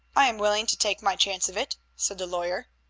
i am willing to take my chance of it, said the lawyer.